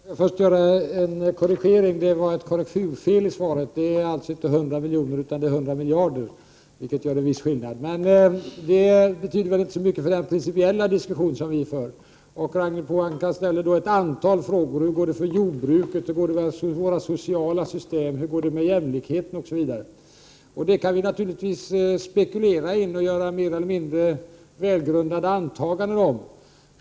Herr talman! Först en korrigering. Till följd av ett skrivfel står det i svaret att strukturfondernas medel år 1993 kommer att utgöra motsvarande 100 miljoner. Det skall vara 100 miljarder. Det är en viss skillnad. I och för sig betyder det inte särskilt mycket för den principiella diskussion som vi för. Ragnhild Pohanka har ställt ett antal frågor. Hon undrar bl.a. hur det skall bli när det gäller jordbruket, vårt sociala förmånssystem och jämlikheten. Naturligtvis kan vi spekulera i hur det skall bli och göra mer eller mindre välgrundade antaganden.